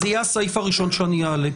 זה יהיה הסעיף הראשון שאני אעלה.